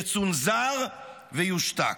יצונזר ויושתק.